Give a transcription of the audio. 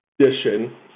edition